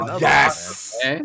Yes